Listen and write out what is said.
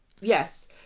Yes